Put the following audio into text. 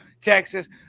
Texas